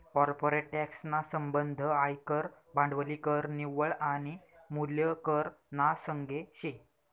corporate tax ना संबंध आयकर, भांडवली कर, निव्वळ आनी मूल्य कर ना संगे शे